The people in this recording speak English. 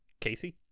Casey